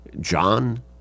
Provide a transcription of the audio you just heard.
John